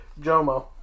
Jomo